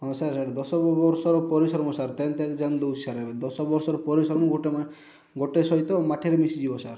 ହଁ ସାର୍ ଦଶ ବ ବର୍ଷର ପରିଶ୍ରମ ସାର୍ ଟେନଥ୍ ଏକ୍ଜାମ ଦେଉଛି ସାର୍ ଏବେ ଦଶବର୍ଷର ପରିଶ୍ରମକୁ ଗୋଟେ ମା ଗୋଟେ ସହିତ ମାଟିରେ ମିଶିଯିବ ସାର୍